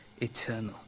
eternal